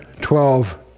twelve